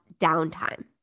downtime